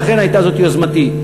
ולכן הייתה זאת יוזמתי,